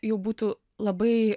jau būtų labai